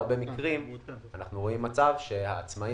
בהרבה מקרים אנחנו רואים מצב שהעצמאי